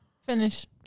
Finish